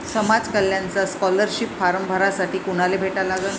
समाज कल्याणचा scholarship form भरासाठी कुनाले भेटा लागन?